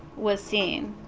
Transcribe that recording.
was seen.